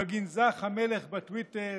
בגנזך המלך בטוויטר